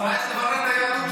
אז מה יש לברר את היהדות שלו?